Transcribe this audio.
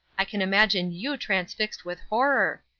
i can imagine you transfixed with horror.